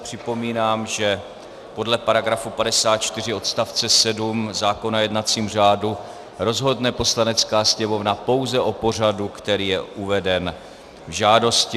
Připomínám, že podle § 54 odst. 7 zákona o jednacím řádu rozhodne Poslanecká sněmovna pouze o pořadu, který je uveden v žádosti.